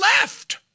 left